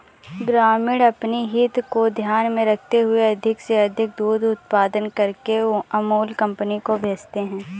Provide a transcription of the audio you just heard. ग्रामीण अपनी हित को ध्यान में रखते हुए अधिक से अधिक दूध उत्पादन करके अमूल कंपनी को भेजते हैं